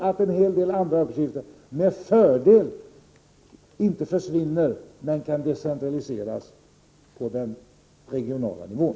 Många uppgifter kan med fördel decentraliseras till den regionala nivån.